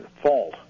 fault